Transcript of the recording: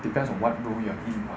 depends on what role you are in [what]